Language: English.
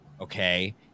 okay